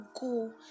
go